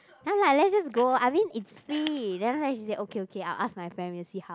!huh! lah let's just go I mean it's free then after that she say okay okay I will ask my friend and see how